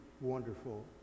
wonderful